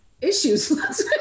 issues